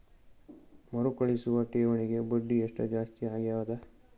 ಮರುಕಳಿಸುವ ಠೇವಣಿಗೆ ಬಡ್ಡಿ ಎಷ್ಟ ಜಾಸ್ತಿ ಆಗೆದ?